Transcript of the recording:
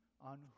on